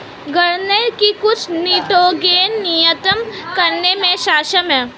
गन्ने की कुछ निटोगेन नियतन करने में सक्षम है